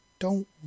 Don't